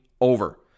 over